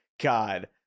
God